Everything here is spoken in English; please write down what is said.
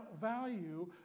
value